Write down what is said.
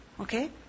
Okay